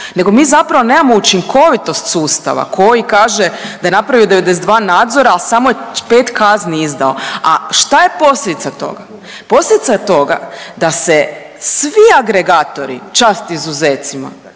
Nego mi zapravo nemamo učinkovitost sustava koji kaže da je napravio 92 nadzora, a samo je 5 kazni izdao. A šta je posljedica toga? Posljedica je toga da se svi agregatori, čast izuzecima